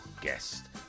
guest